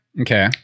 Okay